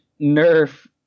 Nerf